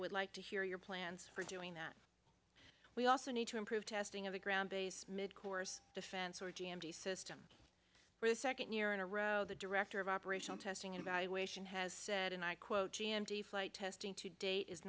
would like to hear your plans for doing that we also need to improve testing of the ground based midcourse defense or d m v system for the second year in a row the director of operational testing and evaluation has said and i quote g m t flight testing to date is